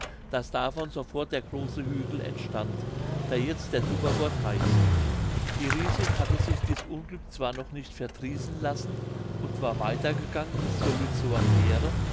daß davon sofort der große hügel entstand der jetzt der dubberworth heißt die riesin hatte sich dies unglück zwar noch nicht verdrießen lassen und war weiter gegangen bis zur lietzower fähre